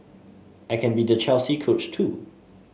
I can be the Chelsea coach too